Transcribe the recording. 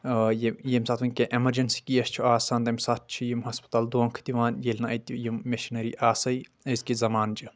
ییٚمہِ ییٚمہِ ساتہٕ وۄنۍ کیٚنٛہہ اٮ۪مرجنسی کیس چھ آسان تمہِ ساتہٕ چھ یِم ہسپتال دونکھہٕ دِوان ییٚلہِِ نہٕ اَتہِ یِم مِشیٖنٔری آسے أزۍ کہِ زمانچہِ